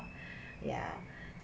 ya